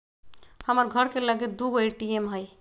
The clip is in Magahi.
हमर घर के लगे दू गो ए.टी.एम हइ